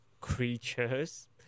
creatures